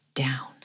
Down